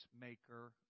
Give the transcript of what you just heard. maker